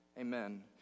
Amen